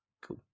Cool